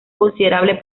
considerable